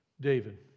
David